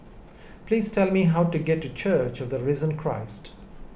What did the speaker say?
please tell me how to get to Church of the Risen Christ